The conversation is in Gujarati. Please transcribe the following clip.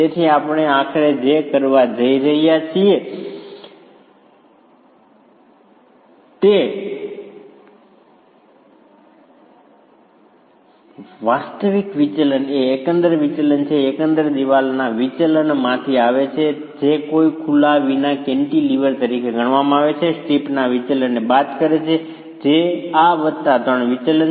તેથી આપણે આખરે જે કરવા જઈ રહ્યા છીએ તે છે વાસ્તવિક વિચલન એ એકંદર વિચલન છે જે એકંદર દિવાલના વિચલનમાંથી આવે છે જે કોઈપણ ખુલ્લા વિના કેન્ટીલીવર તરીકે ગણવામાં આવે છે સ્ટ્રીપના વિચલનને બાદ કરે છે જે આ વત્તા 3 વિચલન છે